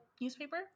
newspaper